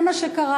זה מה שקרה.